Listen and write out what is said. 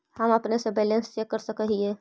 हम अपने से बैलेंस चेक कर सक हिए?